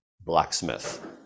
blacksmith